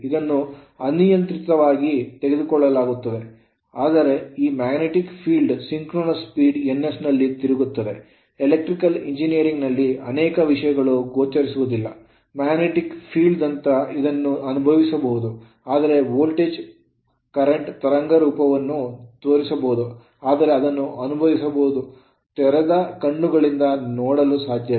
ಇದನ್ನು ಅನಿಯಂತ್ರಿತವಾಗಿ ತೆಗೆದುಕೊಳ್ಳಲಾಗುತ್ತದೆ ಆದರೆ ಈ magnetic field ಕಾಂತೀಯ ಕ್ಷೇತ್ರ ಸಿಂಕ್ರೋನಸ್ ಸ್ಪೀಡ್ ns ನಲ್ಲಿ ತಿರುಗುತ್ತದೆ ಎಲೆಕ್ಟ್ರಿಕಲ್ ಎಂಜಿನಿಯರಿಂಗ್ ನಲ್ಲಿ ಅನೇಕ ವಿಷಯಗಳು ಗೋಚರಿಸುವುದಿಲ್ಲ magnetic field ದಂತ ಇದನ್ನು ಅನುಭವಿಸಬಹುದು ಆದರೆ ವೋಲ್ಟೇಜ್ ಪ್ರವಾಹವು ತರಂಗ ರೂಪವನ್ನು ತೋರಿಸಬಹುದು ಆದರೆ ಅದನ್ನು ಅನುಭವಿಸಬಹುದು ತೆರೆದ ಕಣ್ಣುಗಳಿಂದ ನೋಡಲು ಸಾಧ್ಯವಿಲ್ಲ